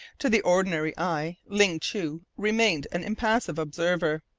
to the ordinary eye ling chu remained an impassive observer.